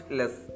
less